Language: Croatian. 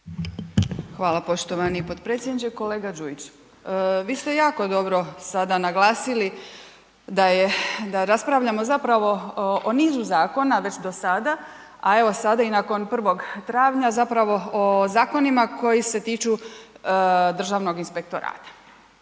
Hvala poštovani potpredsjedniče. Kolega Đujić, vi ste jako dobro sada naglasili da raspravljamo zapravo o nizu zakona već dosada, a evo sada i nakon 1. travnja zapravo o zakonima koji se tiču Državnog inspektorata.